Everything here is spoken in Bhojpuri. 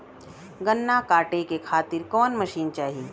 गन्ना कांटेके खातीर कवन मशीन चाही?